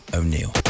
O'Neill